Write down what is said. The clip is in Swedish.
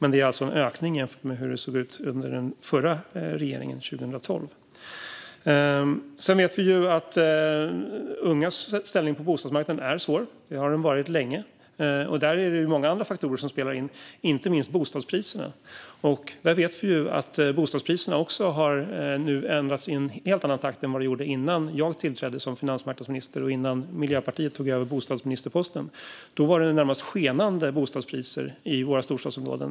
Det är alltså en ökning jämfört med hur det såg ut under den förra regeringen 2012. Vi vet att ungas ställning på bostadsmarknaden är svår. Det har den varit länge. Många andra faktorer spelar också in, inte minst bostadspriserna. Vi vet att bostadspriserna har ändrats i en helt annan takt än innan jag tillträdde som finansmarknadsminister och innan Miljöpartiet tog över bostadsministerposten. Då var det närmast skenande bostadspriser i våra storstadsområden.